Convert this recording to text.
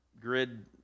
grid